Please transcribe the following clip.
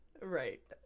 Right